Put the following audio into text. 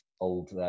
old